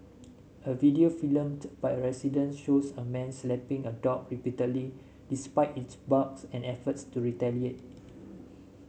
a video filmed by a resident shows a man slapping a dog repeatedly despite its barks and efforts to retaliate